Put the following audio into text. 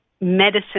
medicine